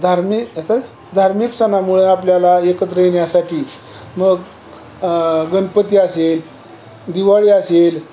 धार्मिक आता धार्मिक सणामुळे आपल्याला एकत्र येण्यासाठी मग गणपती असेल दिवाळी असेल